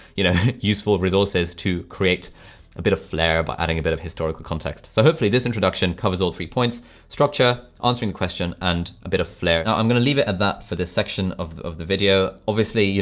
you know, useful resources to create a bit of flair by adding a bit of historical context. so hopefully this introduction covers all three points structure, answering question, and a bit of flair. now, i'm gonna leave it at that for this section of of the video. obviously, you